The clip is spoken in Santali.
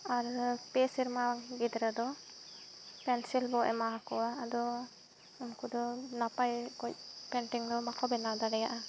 ᱟᱨ ᱯᱮ ᱥᱮᱨᱢᱟ ᱜᱤᱫᱽᱨᱟᱹ ᱫᱚ ᱯᱮᱱᱥᱤᱞ ᱵᱚ ᱮᱢᱟᱣ ᱠᱚᱣᱟ ᱟᱫᱚ ᱩᱱᱠᱩ ᱫᱚ ᱱᱟᱯᱟᱭ ᱠᱚᱡ ᱯᱮᱱᱴᱤᱝ ᱫᱚ ᱵᱟᱠᱚ ᱵᱮᱱᱟᱣ ᱫᱟᱲᱮᱭᱟᱜᱼᱟ